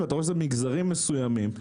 רואים שזה במגזרים מסוימים,